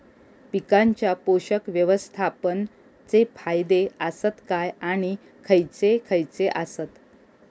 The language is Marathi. पीकांच्या पोषक व्यवस्थापन चे फायदे आसत काय आणि खैयचे खैयचे आसत?